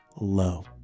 low